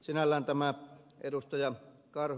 sinällään tämä ed